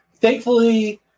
thankfully